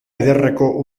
ederreko